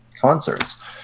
concerts